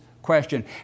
question